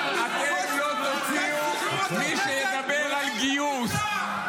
אתם לא תוציאו את מי שידבר על גיוס.